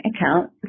account